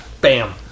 Bam